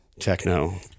techno